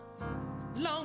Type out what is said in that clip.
Long